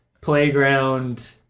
playground